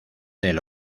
del